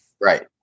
right